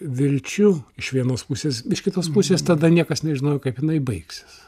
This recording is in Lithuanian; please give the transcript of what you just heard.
vilčių iš vienos pusės iš kitos pusės tada niekas nežinojo kaip jinai baigsis